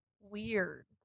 weird